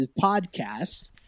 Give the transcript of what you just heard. podcast